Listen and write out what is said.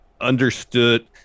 understood